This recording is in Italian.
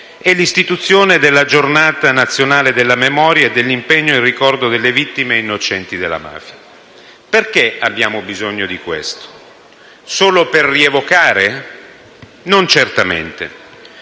è l'istituzione della Giornata nazionale della memoria e dell'impegno in ricordo delle vittime innocenti delle mafie. Perché abbiamo bisogno di questo? Solo per rievocare? Certamente